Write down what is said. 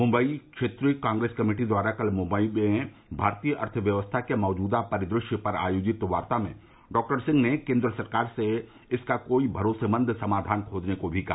मुम्बई क्षेत्रीय कांग्रेस कमिटी द्वारा कल मुम्बई में भारतीय अर्थव्यवस्था के मौजूदा परिदृश्य पर आयोजित वार्ता में डॉक्टर सिंह ने केन्द्र सरकार से इसका कोई भरोसेमंद समाधान खोजने को भी कहा